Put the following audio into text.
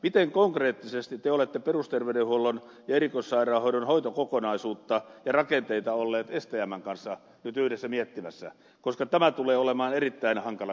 miten konkreettisesti te olette perusterveydenhuollon ja erikoissairaanhoidon hoitokokonaisuutta ja rakenteita olleet stmn kanssa nyt yhdessä miettimässä koska tämä tulee olemaan erittäin hankala kysymys lähiaikoina